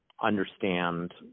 understand